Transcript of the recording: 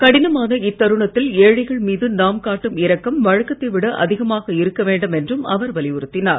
கடினமான இத்தருணத்தில் ஏழைகள் மீது நாம் காட்டும் இரக்கம் வழக்கத்தை விட அதிகமாக இருக்க வேண்டும் என்றும் அவர் வலியுறுத்தினார்